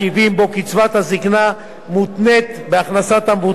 שבהם קצבת הזיקנה מותנית בהכנסת המבוטח,